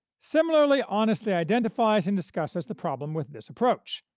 similarly honestly identifies and discusses the problems with this approach,